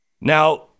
Now